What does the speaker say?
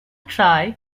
try